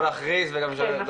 כן,